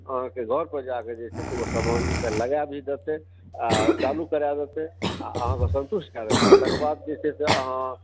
अहाँकेँ घर पर जाकेँ जे छै से ओ समानके लगा भी देते आ चालु करा देतै आ अहाँकेँ सन्तुष्ट कए देतै तकर बाद जे छै से अहाँ